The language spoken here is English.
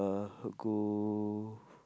uh go